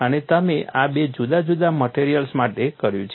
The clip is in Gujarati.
અને તમે આ બે જુદા જુદા મટેરીઅલ્સ માટે કર્યું છે